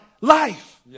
life